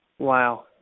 Wow